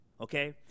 Okay